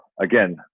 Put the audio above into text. again